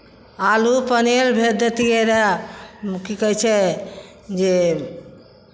आलू पनीर भेज दैतियै रहए की कहै छै जे